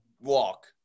walk